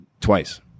twice